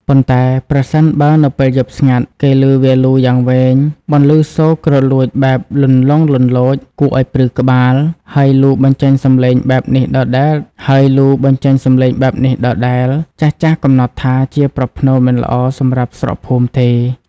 ប៉ុន្តែ ប្រសិនបើនៅពេលយប់ស្ងាត់ គេឮវាលូយ៉ាងវែង បន្លឺសូរគ្រលួចបែបលន្លង់លន្លោច គួរឱ្យព្រឺក្បាល ហើយលូបញ្ចេញសំឡេងបែបនេះដដែល ចាស់ៗកំណត់ថា ជាប្រផ្នូលមិនល្អសម្រាប់ស្រុកភូមិទេ។